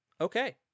Okay